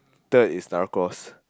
third is narcos